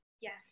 Yes